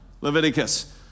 Leviticus